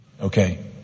Okay